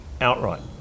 outright